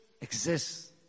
exists